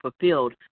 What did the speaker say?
fulfilled